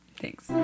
Thanks